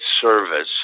service